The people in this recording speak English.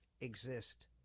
exist